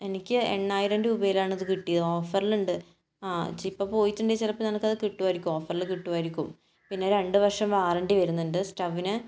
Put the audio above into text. എനിക്ക് എണ്ണായിരം രൂപയിലാണ് ഇത് കിട്ടിയത് ഓഫറിലുണ്ട് ആ ഇപ്പോൾ പോയിട്ടുണ്ടെങ്കിൽ ചിലപ്പോൾ നിനക്കത് കിട്ടുമായിരിക്കും ഓഫറിൽ കിട്ടുമായിരിക്കും പിന്നെ രണ്ട് വർഷം വാറൻറ്റി വരുന്നുണ്ട് സ്റ്റവിന്